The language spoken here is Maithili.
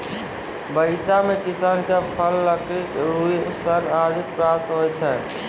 बगीचा सें किसान क फल, लकड़ी, रुई, सन आदि प्राप्त होय छै